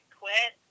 quit